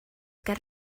ger